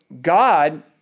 God